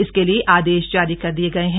इसके लिए आदेश जारी कर दिये गए हैं